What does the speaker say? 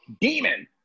demon